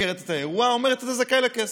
מתחקרת את האירוע ואומרת: אתה זכאי לכסף,